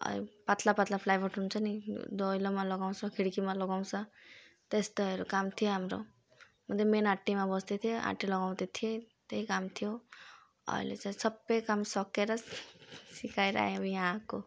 अनि पातला पातला प्लाइवुड हुन्छ नि दैलोमा लगाउँछ खिड्कीमा लगाउँछ त्यस्तोहरू काम थियो हाम्रो म त मेन आँटीमा बस्दै थिएँ आँटी लगाउँदै थिएँ त्यही काम थियो अहिले चाहिँ सबै काम सकिएर सिकाएर अब यहाँ आको